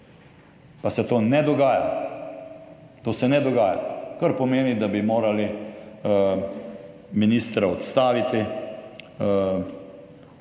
pa se to ne dogaja. To se ne dogaja. Kar pomeni, da bi morali ministra odstaviti.